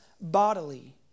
bodily